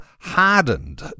hardened